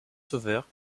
sauveur